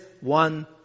one